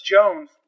Jones